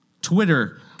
Twitter